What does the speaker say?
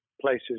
places